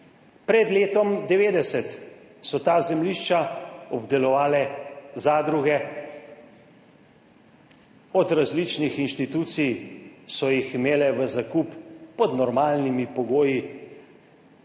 Pred letom 90 so ta zemljišča obdelovale zadruge. Od različnih inštitucij so jih imele v zakup pod normalnimi pogoji,